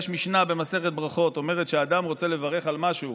יש משנה במסכת ברכות שאומרת שכשאדם רוצה לברך על משהו